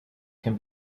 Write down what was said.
can